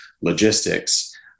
logistics